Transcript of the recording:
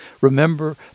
Remember